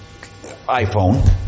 iPhone